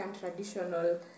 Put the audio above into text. traditional